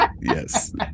Yes